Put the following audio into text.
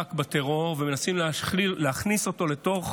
למאבק בטרור ומנסים להכניס אותו לתוך